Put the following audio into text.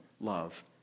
love